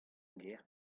gêr